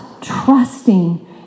trusting